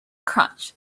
crunch